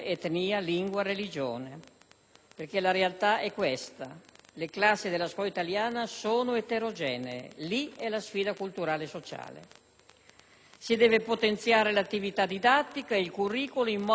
perché la realtà è questa: le classi della scuola italiana sono eterogenee. Lì è la sfida culturale e sociale. Si deve potenziare l'attività didattica, i *curricula* in modo che l'apprendimento della lingua italiana